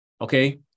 okay